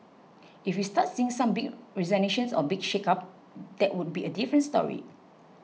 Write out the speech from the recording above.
if we start seeing some big resignations or big shake up that would be a different story